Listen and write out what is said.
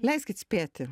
leiskit spėti